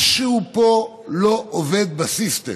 משהו פה לא עובד בסיסטם.